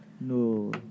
No